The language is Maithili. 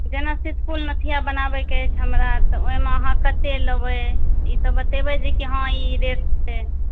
जेना सीतफुल नथिया बनाबैके अछि हमरा तऽ ओहिमे अहाँ कते लेबै ईट बतेबै जे हॅं ई रेट छै